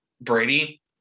Brady